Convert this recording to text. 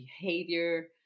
behavior